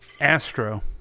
Astro